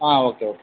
ആ okay okay